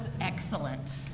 excellent